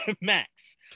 Max